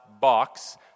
box